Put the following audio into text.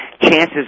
chances